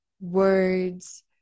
words